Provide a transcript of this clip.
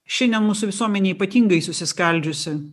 šiandien mūsų visuomenė ypatingai susiskaldžiusi